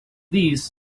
these